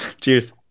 cheers